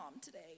today